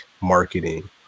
marketing